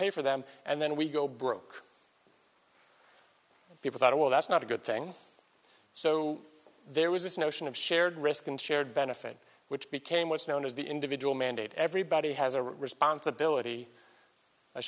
pay for them and then we go broke people thought well that's not a good thing so there was this notion of shared risk and shared benefit which became what's known as the individual mandate everybody has a responsibility